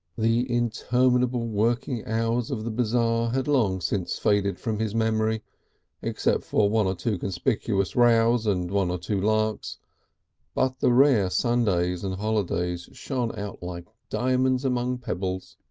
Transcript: the interminable working hours of the bazaar had long since faded from his memory except for one or two conspicuous rows and one or two larks but the rare sundays and holidays shone out like diamonds among pebbles.